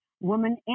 woman